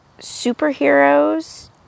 superheroes